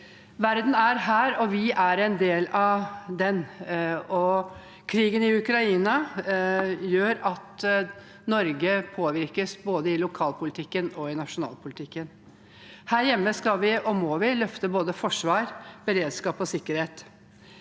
Verden er her, og vi er en del av den. Krigen i Ukraina gjør at Norge påvirkes, både i lokalpolitikken og i nasjonalpolitikken. Her hjemme skal vi – og må vi – løfte både forsvar, beredskap og sikkerhet.